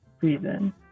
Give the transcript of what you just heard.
reason